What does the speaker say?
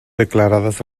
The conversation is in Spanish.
declaradas